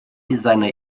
seiner